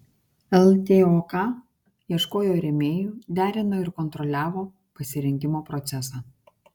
ltok ieškojo rėmėjų derino ir kontroliavo pasirengimo procesą